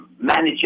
manager